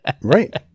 Right